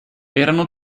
erano